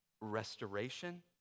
restoration